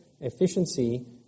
Efficiency